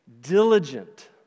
diligent